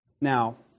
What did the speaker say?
Now